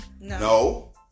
No